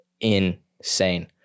insane